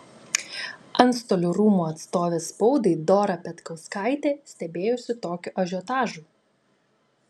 antstolių rūmų atstovė spaudai dora petkauskaitė stebėjosi tokiu ažiotažu